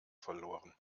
verloren